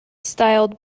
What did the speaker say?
styled